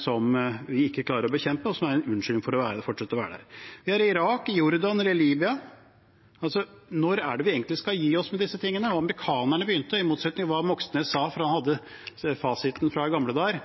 som vi ikke klarer å bekjempe, og som vil være en unnskyldning for å fortsette å være der. Vi er i Irak, i Jordan og i Libya. Når er det vi egentlig skal gi oss med disse tingene? I motsetning til hva representanten Moxnes sa – han hadde fasiten fra gamle